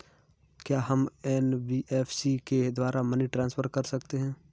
क्या हम एन.बी.एफ.सी के द्वारा मनी ट्रांसफर कर सकते हैं?